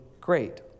great